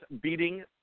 beating